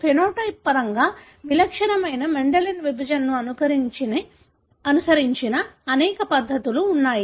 phenotype పరంగా విలక్షణమైన Mendelian విభజనను అనుసరించని అనేక పరిస్థితులు ఉన్నాయి